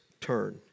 turn